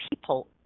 people